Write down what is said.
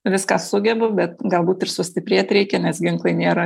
viską sugebu galbūt ir sustiprėt reikia nes ginklai nėra